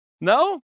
no